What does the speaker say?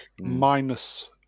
minus